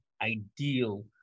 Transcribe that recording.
ideal